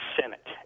Senate